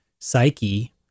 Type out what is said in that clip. psyche